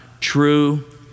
true